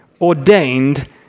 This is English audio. ordained